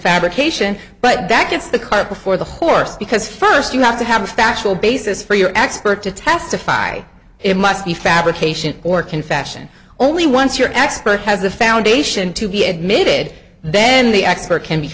fabrication but that gets the cart before the horse because first you have to have a factual basis for your expert to testify it must be fabrication or confession only once your expert has the foundation to be admitted then the expert can be